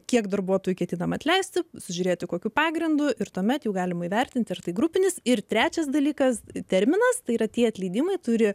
kiek darbuotojų ketinama atleisti sužiūrėti kokiu pagrindu ir tuomet jau galima įvertinti ar tai grupinis ir trečias dalykas terminas tai yra tie atleidimai turi